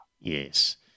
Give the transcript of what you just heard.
Yes